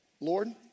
Lord